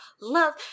love